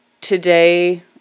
Today